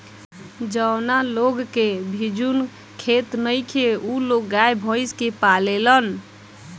जावना लोग के भिजुन खेत नइखे उ लोग गाय, भइस के पालेलन